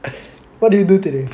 what did you do today